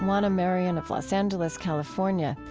oana marian of los angeles, california.